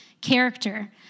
character